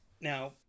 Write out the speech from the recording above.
Now